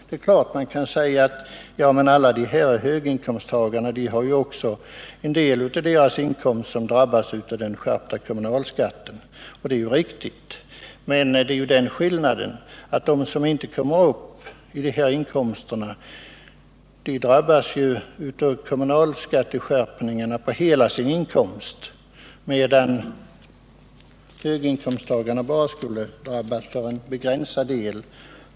Det är visserligen riktigt att en del av inkomsten för alla berörda höginkomsttagare skulle drabbas av den skärpta kommunalskatten, men det är ändå så att de som inte kommer upp i de inkomster som det här gäller blir drabbade på hela sin inkomst av kommunalskatteskärpningarna medan höginkomsttagarnas inkomster bara skulle drabbas till en begränsad del.